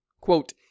Quote